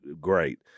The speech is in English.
great